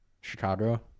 Chicago